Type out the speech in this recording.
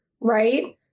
right